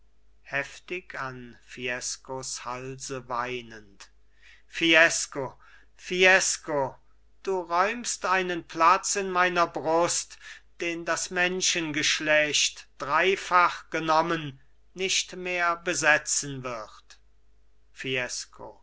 heftig an fiescos halse weinend fiesco fiesco du räumst einen platz in meiner brust den das menschengeschlecht dreifach genommen nicht mehr besetzen wird